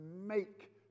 make